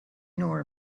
nor